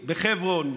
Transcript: בחברון,